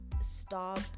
stop